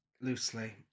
loosely